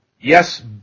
yes